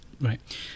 Right